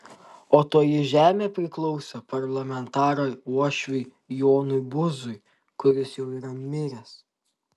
o toji žemė priklausė parlamentaro uošviui jonui buzui kuris jau yra miręs